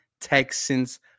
Texans